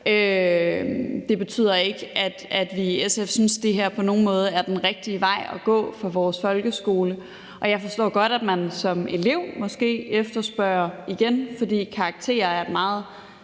det betyder ikke, at vi i SF synes, det her er på nogen måde er den rigtige vej at gå for vores folkeskole. Jeg forstår godt, at man som elev måske efterspørger det, igen fordi karakter er et meget